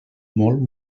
molt